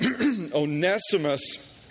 Onesimus